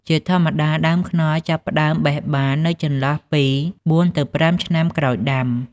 ជាធម្មតា ដើមខ្នុរចាប់ផ្ដើមបេះបាននៅចន្លោះពី ៤ ទៅ ៥ ឆ្នាំក្រោយដាំ។